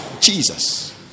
Jesus